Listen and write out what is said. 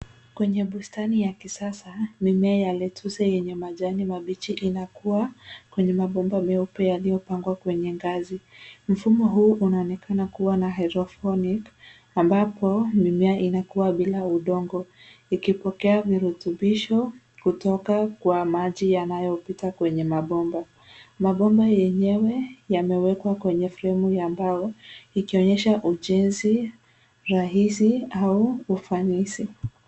Kwenye bustani ya kisasa, mimea ya lettcue yenye majani mabichi inakuwa kwenye mabomba meupe yaliyopangwa kwenye ngazi. Mfumo huu unaonekana kuwa na hydroponic , ambapo mimea inakuwa bila udongo, ikipokea virutubisho kutoka kwa maji yanayopita kwenye mabomba. Mabomba yenyewe yamewekwa kwenye fremu ya mbao, ikionyesha ujenzi rahisi au ufanisi.